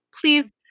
please